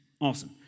Awesome